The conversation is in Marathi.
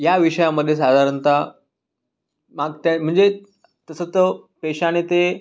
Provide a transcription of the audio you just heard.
याविषयामध्ये साधारणत मागत्या म्हणजे तसं तो पेश्याने ते